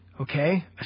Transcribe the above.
Okay